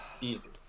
Easy